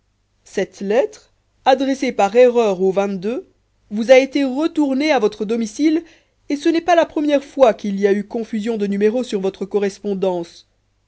cette lettre adressée par erreur au vous a été retournée à votre domicile et ce n'est pas la première fois qu'il y a eu confusion de numéros sur votre correspondance